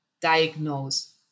diagnose